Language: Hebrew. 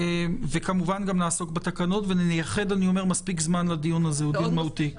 כמובן נעסוק גם בתקנות ונייחד מספיק זמן לדיון הזה כי הוא דיון מהותי.